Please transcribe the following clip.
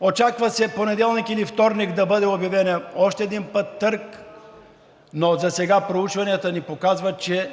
Очаква се понеделник или вторник да бъде обявен още един път търг, но засега проучванията ни показват, че